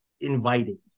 inviting